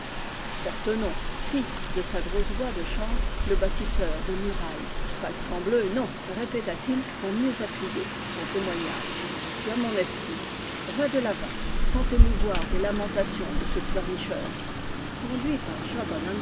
non fit de sa grosse voix de chantre le bâtis seur de murailles palsambleu non répéta-t-il pour mieux appuyer son témoignage tu as mon estime va de l'avant sans t'émouvoir des lamentations de ce pleurnicheur conduits par job